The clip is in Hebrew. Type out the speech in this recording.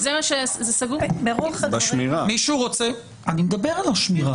אני מדבר על השמירה.